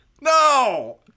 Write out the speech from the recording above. No